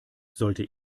sollte